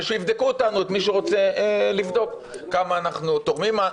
ושיבדקו אותנו מי רוצה לבדוק כמה אנחנו תורמים.